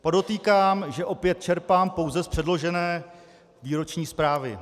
Podotýkám, že opět čerpám pouze z předložené výroční zprávy.